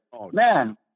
man